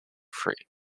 free